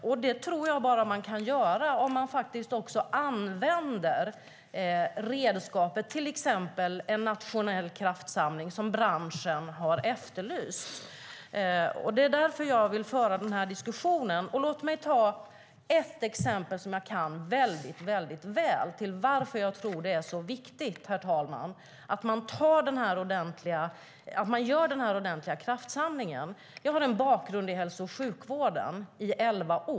Och det tror jag bara man kan göra om man använder redskapet, till exempel en nationell kraftsamling, som branschen har efterlyst. Det är därför jag vill föra den här diskussionen. Låt mig ge ett exempel, som jag kan väldigt väl, som visar varför jag tror att det är så viktigt, herr talman, att göra den ordentliga kraftsamlingen. Jag har en elvaårig bakgrund i hälso och sjukvården.